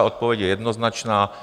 Odpověď je jednoznačná.